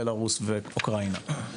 בלרוס ואוקראינה.